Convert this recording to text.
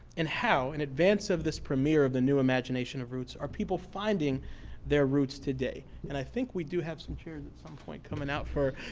and how, in advance of this premiere of the new imagination of roots are people finding their roots today. and i think we do have some chairs, at some point, coming out for